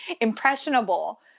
impressionable